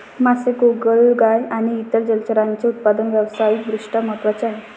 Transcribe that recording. मासे, गोगलगाय आणि इतर जलचरांचे उत्पादन व्यावसायिक दृष्ट्या महत्त्वाचे आहे